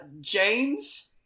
James